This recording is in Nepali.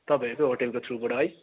तपाईँहरूको होटलको थ्रुबाट है